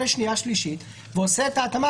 לקריאה שניה ושלישית ועושה את ההתאמה,